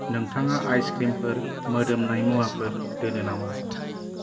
नोंथाङा आइसिक्रिमफोर मोदोमनाय मुवाफोर दोनो नामा